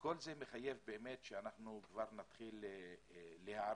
כול זה מחייב באמת שנתחיל להיערך